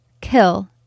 kill